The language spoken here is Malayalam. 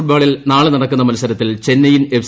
ഫുട്ബോളിൽ നാളെ നടക്കുന്ന മത്സരത്തിൽ ചെന്നൈയിൻ എഫ്